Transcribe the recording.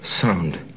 sound